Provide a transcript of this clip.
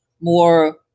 more